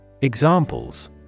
Examples